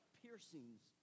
piercings